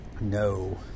no